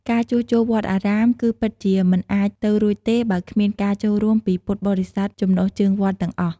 ការជួសជុលវត្តអារាម គឺពិតជាមិនអាចទៅរួចទេបើគ្មានការចូលរួមពីពុទ្ធបរិស័ទចំណុះជើងវត្តទាំងអស់។